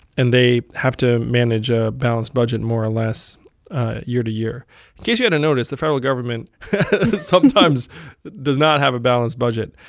and they have to manage a balanced budget more or less year to year. in case you hadn't noticed, the federal government sometimes does not have a balanced budget.